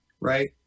right